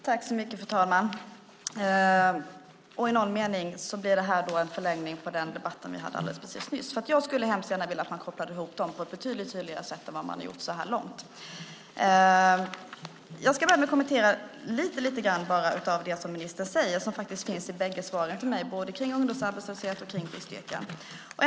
Fru talman! I någon mening blir det här en förlängning på den debatt vi hade alldeles nyss. Jag skulle hemskt gärna vilja att man kopplade ihop de här frågorna på ett betydligt tydligare sätt än man har gjort så här långt. Jag ska kommentera lite grann av det som ministern säger och som finns i båda svaren till mig - både det som gäller ungdomsarbetslöshet och det som gäller bristyrken.